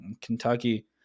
Kentucky